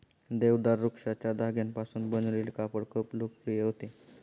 देवदार वृक्षाच्या धाग्यांपासून बनवलेले कापड खूप लोकप्रिय होते